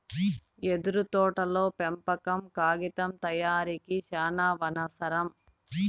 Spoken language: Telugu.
యెదురు తోటల పెంపకం కాగితం తయారీకి సానావసరం